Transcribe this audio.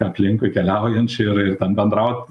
aplinkui keliaujančių ir ir ten bendraut